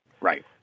Right